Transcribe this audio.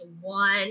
one